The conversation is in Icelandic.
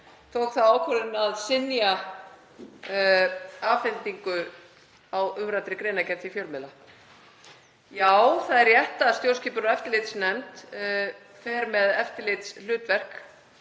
tók þá ákvörðun að synja um afhendingu á umræddri greinargerð til fjölmiðla. Já, það er rétt að stjórnskipunar- og eftirlitsnefnd fer með eftirlitshlutverk